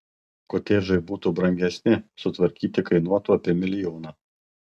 kotedžai būtų brangesni sutvarkyti kainuotų apie milijoną